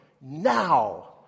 now